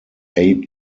eight